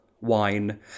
wine